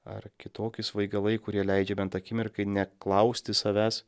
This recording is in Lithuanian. ar kitoki svaigalai kurie leidžia bent akimirkai neklausti savęs